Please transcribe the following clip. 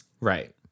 right